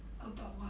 about what